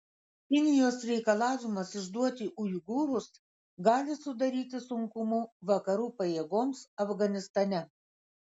kinijos reikalavimas išduoti uigūrus gali sudaryti sunkumų vakarų pajėgoms afganistane